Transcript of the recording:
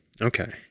okay